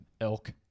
elk